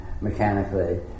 mechanically